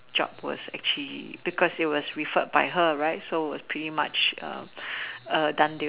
job was actually because it was referred by her right so it was pretty much a done